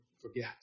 forget